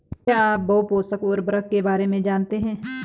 क्या आप बहुपोषक उर्वरक के बारे में जानते हैं?